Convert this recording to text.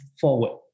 forward